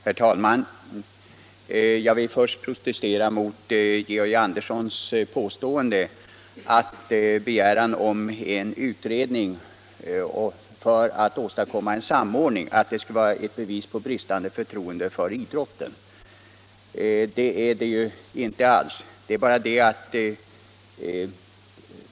Herr talman! Jag vill först protestera mot herr Anderssons i Lycksele påstående att reservanternas begäran om en utredning för att åstadkomma samordning skulle vara ett bevis på bristande förtroende för idrotten. Så är det inte alls.